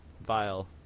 vile